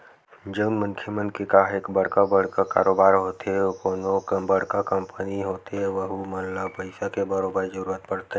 जउन मनखे मन के काहेक बड़का बड़का कारोबार होथे कोनो बड़का कंपनी होथे वहूँ मन ल पइसा के बरोबर जरूरत परथे